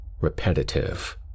Repetitive